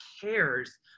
cares